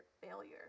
failure